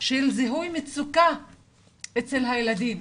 של זיהוי מצוקה אצל הילדים.